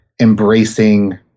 embracing